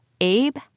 Abe